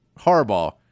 Harbaugh